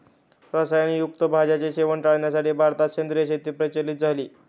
रसायन युक्त भाज्यांचे सेवन टाळण्यासाठी भारतात सेंद्रिय शेती प्रचलित झाली